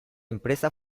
empresa